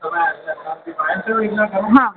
હા